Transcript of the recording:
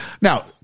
Now